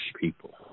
people